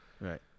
Right